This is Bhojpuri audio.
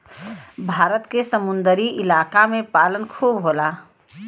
भारत के समुंदरी इलाका में पालन खूब होला